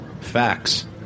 facts